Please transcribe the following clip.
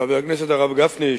חבר הכנסת הרב גפני,